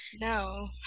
no